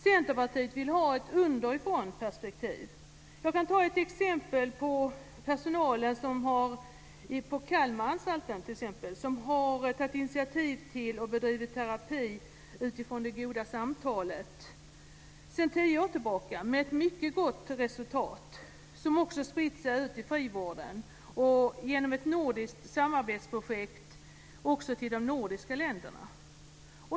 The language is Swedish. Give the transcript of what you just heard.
Centerpartiet vill ha ett underifrånperspektiv. Jag kan ta ett exempel. Personalen på Kalmaranstalten har tagit initiativ till och bedrivit terapi utifrån det goda samtalet sedan tio år tillbaka med ett mycket gott resultat. Detta har också spritt sig ut till frivården och genom ett nordiskt samarbetsprojekt även till de nordiska länderna.